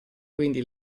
quindi